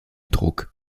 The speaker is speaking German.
druck